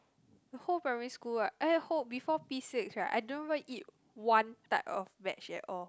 the whole primary school right eh whole before P six right I don't even eat one type of veg at all